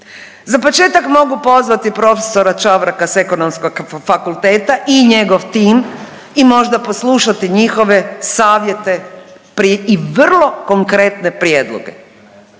Za početka mogu pozvati prof. Čavraka s Ekonomskog fakulteta i njegov tim i možda poslušati njihove savjete pri i vrlo konkretne prijedloge.